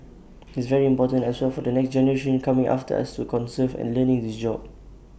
IT is very important as well for the next generation coming after us to conserve and learn this job